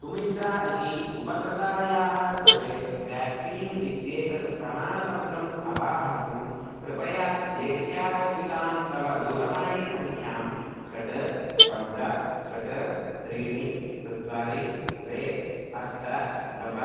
सुमित्रा इति उपकृतायाः कृते व्याक्सीन् इत्येतत् प्रमाणपत्रम् अवाहर्तुं कृपया लेख्यारोपितां तव दूरवाणीसङ्ख्यां षट् पञ्च षट् त्रीणि चत्वारि द्वे अष्ट नव